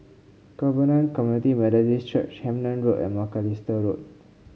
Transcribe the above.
Covenant Community Methodist Church Hemmant Road and Macalister Road